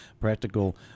practical